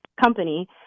company